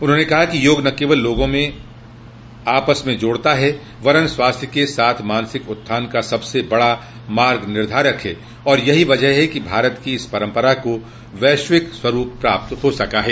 उन्होंने कहा कि योग न केवल लोगों को आपस में जोड़ता है वरन स्वास्थ्य के साथ मानसिक उत्थान का सबसे बड़ा मार्ग निर्धारक है और यही वजह है कि भारत की इस परम्परा को वैश्विक स्वरूप प्राप्त हो सका है